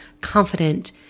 confident